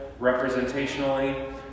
representationally